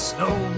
Snow